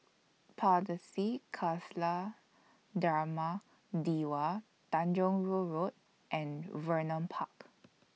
Pardesi Khalsa Dharmak Diwan Tanjong Rhu Road and Vernon Park